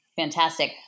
fantastic